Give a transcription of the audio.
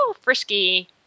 frisky